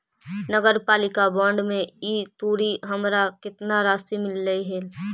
नगरपालिका बॉन्ड में ई तुरी हमरा केतना राशि मिललई हे?